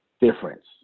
Difference